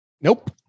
Nope